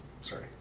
Sorry